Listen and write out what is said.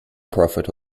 profit